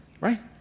Right